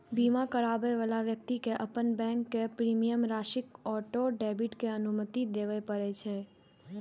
बीमा कराबै बला व्यक्ति कें अपन बैंक कें प्रीमियम राशिक ऑटो डेबिट के अनुमति देबय पड़ै छै